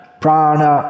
prana